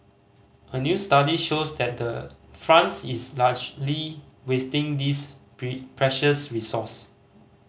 a new study shows that the France is largely wasting this precious resource